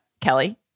Kelly